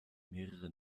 mehrere